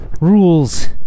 rules